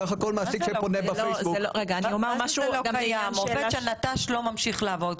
סך הכול מעסיק שפונה בפייסבוק --- עובד שנטש לא ממשיך לעבוד.